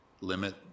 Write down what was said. limit